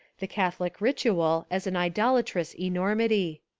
the catholic ritual as an idolatrous enormity.